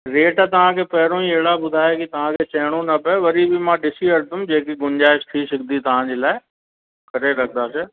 rate तव्हांखे पहिरियों ई अहिड़ा ॿुधायां की तव्हांखे चवणो न पए वरी बि मां ॾिसी वठंदुमि जेकी गुंजाइश थी सघंदी तव्हां लाइ करे रखंदासीं